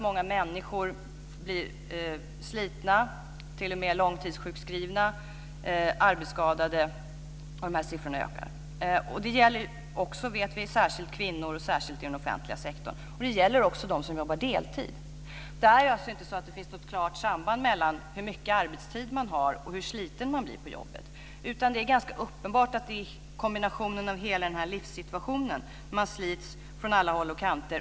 Många människor blir slitna, arbetsskadade och t.o.m. långtidssjukskrivna. Siffrorna över detta ökar, och det gäller särskilt kvinnor och särskilt inom den offentliga sektorn. Det gäller också för dem som jobbar deltid. Det finns alltså inte något klart samband mellan hur lång arbetstid man har och hur sliten man blir på jobbet. Det är ganska uppenbart att det är i hela den kombinerade livssituationen som man slits, från alla håll och kanter.